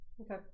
okay